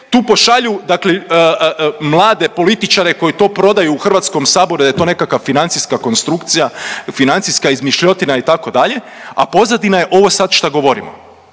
tu pošalju, dakle mlade političare koji to prodaju u Hrvatskom saboru da je to nekakva financijska konstrukcija, financijska izmišljotina itd. a pozadina je ovo sad šta govorimo.